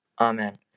Amen